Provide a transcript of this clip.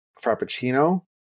frappuccino